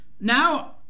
now